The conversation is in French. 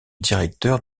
directeurs